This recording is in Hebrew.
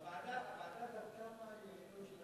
הוועדה בדקה מה היעילות של,